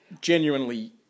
genuinely